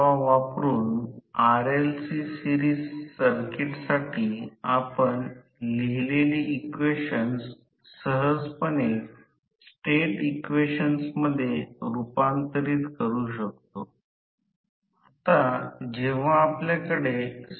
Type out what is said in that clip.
Kw1 हा stator winding घटक आहे Kw2 रोटर विंडिंग घटक असून Nph1 स्टेटर प्रति टप्प्यात वळतो Nph2 रोटर प्रति टप्प्यात वळतो